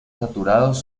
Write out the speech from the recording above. saturados